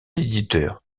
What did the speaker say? éditeur